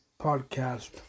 podcast